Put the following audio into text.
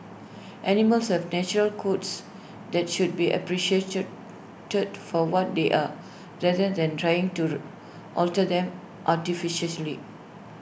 animals have natural coats that should be appreciated for what they are rather than trying to alter them artificially